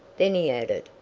then he added,